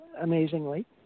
amazingly